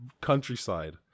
countryside